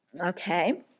okay